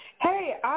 Hey